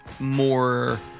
More